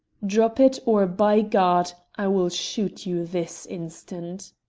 drop it, or, by god, i will shoot you this instant!